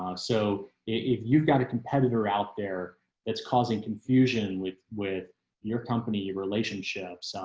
um so if you've got a competitor out there that's causing confusion with with your company relationships.